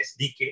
SDK